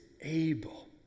able